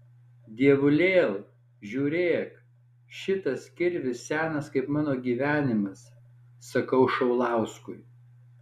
dievulėl žiūrėk šitas kirvis senas kaip mano gyvenimas sakau šaulauskui